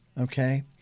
Okay